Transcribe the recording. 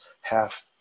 half